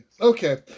Okay